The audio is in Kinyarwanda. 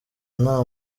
nta